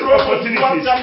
opportunities